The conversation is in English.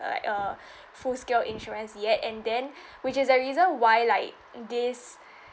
like a full scale insurance yet and then which is the reason why like this